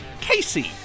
Casey